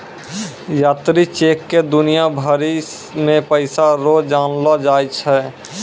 यात्री चेक क दुनिया भरी मे पैसा रो जानलो जाय छै